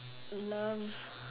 love